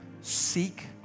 Seek